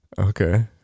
okay